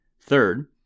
Third